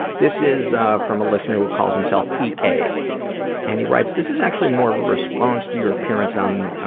this is, ah, from a listener who calls himself ea, and he writes, this is actually more of a response to your appearance on, ah,